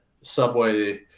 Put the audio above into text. Subway